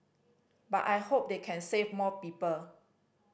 but I hope they can save more people